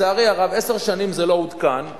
לצערי הרב, עשר שנים זה לא עודכן,